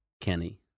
Kenny